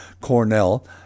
Cornell